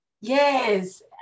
yes